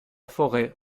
forêt